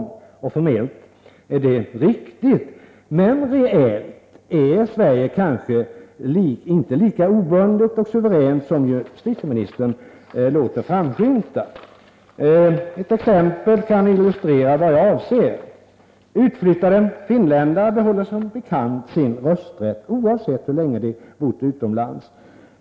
Formellt är det riktigt, men reellt är Sverige kanske inte lika obundet och suveränt som justitieministern låter framskymta. Ett exempel kan illustrera vad jag avser. Utflyttade finländare behåller som bekant sin rösträtt oavsett hur länge de bott utomlands.